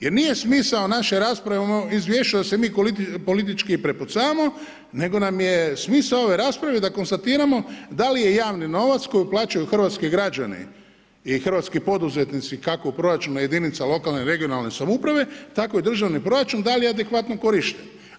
Jer nije smisao naše rasprave o izvješću da se mi politički prepucavamo nego nam je smisao ove rasprave da konstatiramo da li je javni novac koji uplaćuju hrvatski građani i hrvatski poduzetnici kako u proračunu jedinica lokalne, regionalne samouprave tako je državni proračun dalje adekvatno korišten.